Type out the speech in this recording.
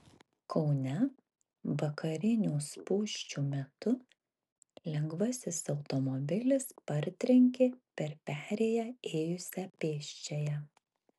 kaune vakarinių spūsčių metu lengvasis automobilis partrenkė per perėją ėjusią pėsčiąją